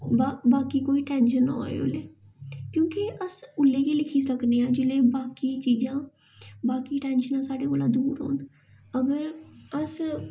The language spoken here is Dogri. बा बाकी कोई टैंशन ना होए ओल्लै क्योंकि अस ओल्लै गै लिखी सकने आं जिल्लै बाकी चीजां बाकी टैंशनां साढ़े कोला दा दूर होन अगर अस